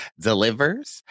delivers